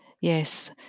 Yes